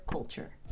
Culture